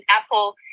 Apple